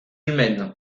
humaines